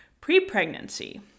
pre-pregnancy